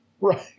Right